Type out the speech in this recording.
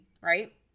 right